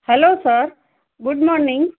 hello sir good morning